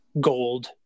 gold